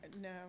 no